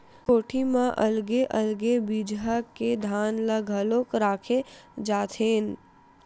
कोठी मन म अलगे अलगे बिजहा के धान ल घलोक राखे जाथेन